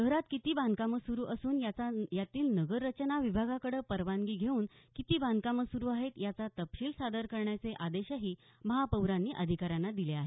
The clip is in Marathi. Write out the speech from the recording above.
शहरात किती बांधकामं सुरू असून यातील नगररचना विभागाकडं परवानगी घेऊन किती बांधकामं सुरू आहेत याचा तपशील सादर करण्याचे आदेशही महापौरांनी अधिकाऱ्यांना दिले आहेत